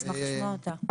נשמח לשמוע אותה.